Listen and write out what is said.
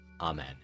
Amen